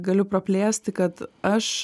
galiu praplėsti kad aš